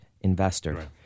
investor